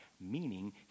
Meaning